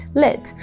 lit